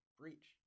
breach